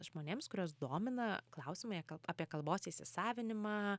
žmonėms kuriuos domina klausimai apie kalbos įsisavinimą